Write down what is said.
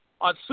on